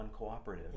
uncooperative